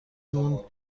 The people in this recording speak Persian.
موند